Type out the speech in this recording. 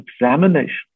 examination